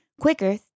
quicker